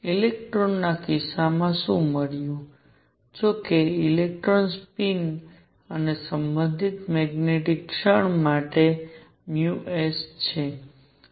ઇલેક્ટ્રોનના કિસ્સામાં શું મળ્યું જો કે ઇલેક્ટ્રોન સ્પિન અને સંબંધિત મેગ્નેટિક ક્ષણ માટે s છે